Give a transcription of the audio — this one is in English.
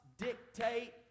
dictate